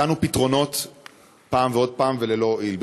הצענו פתרונות פעם ועוד פעם, וללא הועיל.